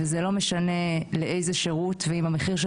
וזה לא משנה לאיזה שירות זה נעשה והאם המחיר של